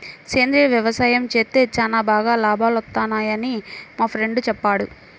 సేంద్రియ యవసాయం చేత్తే చానా బాగా లాభాలొత్తన్నయ్యని మా ఫ్రెండు చెప్పాడు